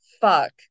Fuck